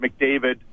McDavid